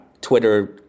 Twitter